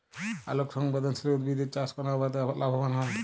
আলোক সংবেদশীল উদ্ভিদ এর চাষ কোন আবহাওয়াতে লাভবান হয়?